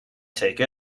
take